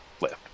left